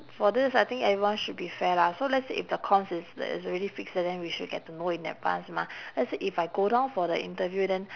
for this I think everyone should be fair lah so let's say if the comms is that is already fixed then we should get to know in advance mah let's say if I go down for the interview then